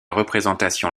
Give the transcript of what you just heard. représentation